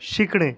शिकणे